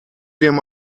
dem